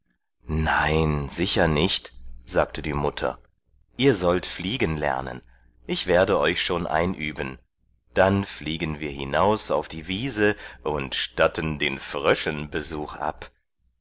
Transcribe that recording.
nein sicher nicht sagte die mutter ihr sollt fliegen lernen ich werde euch schon einüben dann fliegen wir hinaus auf die wiese und statten den fröschen besuch ab